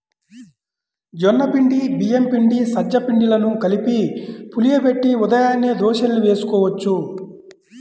జొన్న పిండి, బియ్యం పిండి, సజ్జ పిండిలను కలిపి పులియబెట్టి ఉదయాన్నే దోశల్ని వేసుకోవచ్చు